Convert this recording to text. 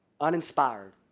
Uninspired